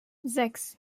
sechs